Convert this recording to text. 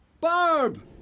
Barb